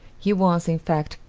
he once, in fact,